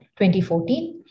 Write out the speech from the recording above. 2014